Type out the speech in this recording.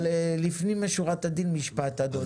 אבל לפנים משורת הדין משפט, אדוני.